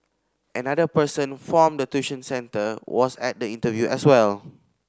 another person form the tuition centre was at the interview as well